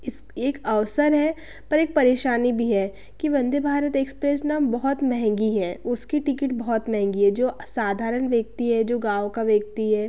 इस एक अवसर है पर एक परेशानी भी है कि वंदे भारत एक्सप्रेस ना बहुत महँगी है उसकी टिकिट बहुत महँगी है जो साधारण व्यक्ति है जो गाँव का व्यक्ति है